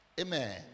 amen